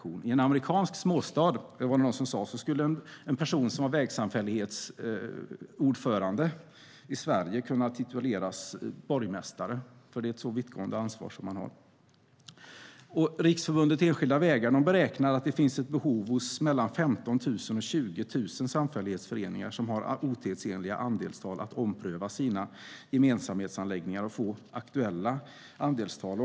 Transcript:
Någon sa att i en amerikansk småstad skulle en person som i Sverige är vägsamfällighetsordförande kunna tituleras borgmästare eftersom det är ett sådant vittgående ansvar man har. Riksförbundet Enskilda Vägar beräknar att det finns mellan 15 000 och 20 000 samfällighetsföreningar med otidsenliga andelstal som har behov av att ompröva sina gemensamhetsanläggningar och få aktuella andelstal.